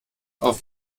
auf